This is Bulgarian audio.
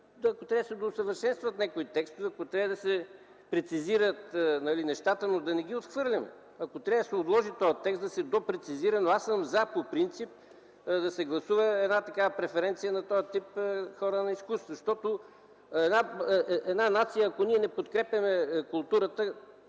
ако трябва да доусъвършенстват някои текстове, ако трябва да прецизират нещата, но да не ги отхвърляме. Ако трябва, да се отложи този текст и да се допрецизира, но аз съм „за” по принцип да се гласува една такава преференция за този тип хора на изкуството.